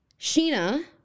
sheena